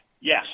Yes